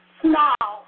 small